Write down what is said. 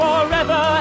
Forever